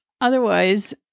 otherwise